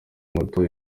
moto